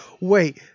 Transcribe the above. wait